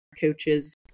coaches